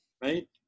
Right